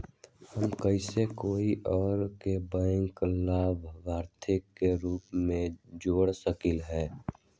हम कैसे कोई और के बैंक लाभार्थी के रूप में जोर सकली ह?